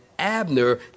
Abner